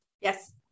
Yes